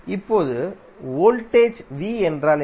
இப்போது வோல்டேஜ் என்றால்என்ன